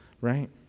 right